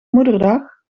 moederdag